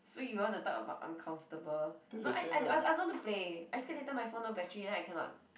so you want to talk about uncomfortable no I I I don't want to play I scared later my phone no battery then I cannot